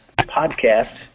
podcast